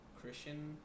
Christian